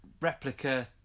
replica